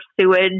sewage